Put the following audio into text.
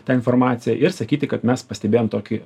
tą informaciją ir sakyti kad mes pastebėjom tokį